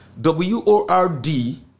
W-O-R-D